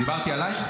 --- דיברתי עלייך?